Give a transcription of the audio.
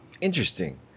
Interesting